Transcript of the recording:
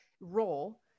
role